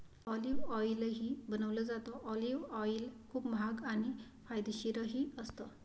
olive ऑईलही बनवलं जातं, ऑलिव्ह ऑईल खूप महाग आणि फायदेशीरही असतं